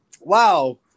Wow